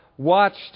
watched